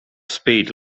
speed